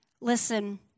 Listen